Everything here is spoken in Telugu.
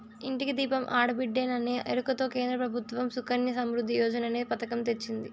ఇంటికి దీపం ఆడబిడ్డేననే ఎరుకతో కేంద్ర ప్రభుత్వం సుకన్య సమృద్ధి యోజననే పతకం తెచ్చింది